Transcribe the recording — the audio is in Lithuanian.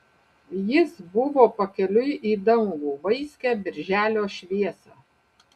jis buvo pakeliui į dangų vaiskią birželio šviesą